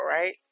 right